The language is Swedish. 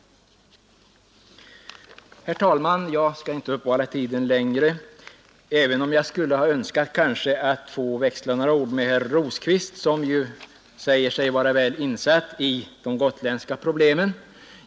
Herr talman! Jag skall inte uppta kammarens tid längre, även om jag skulle önskat växla några ord med herr Rosqvist, som säger sig vara väl insatt i de gotländska problemen.